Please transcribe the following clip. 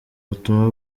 butumwa